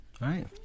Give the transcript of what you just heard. Right